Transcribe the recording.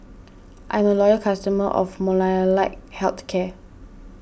I'm a loyal customer of Molnylcke Health Care